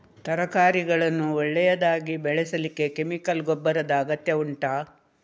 ತರಕಾರಿಗಳನ್ನು ಒಳ್ಳೆಯದಾಗಿ ಬೆಳೆಸಲಿಕ್ಕೆ ಕೆಮಿಕಲ್ ಗೊಬ್ಬರದ ಅಗತ್ಯ ಉಂಟಾ